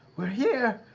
we're here.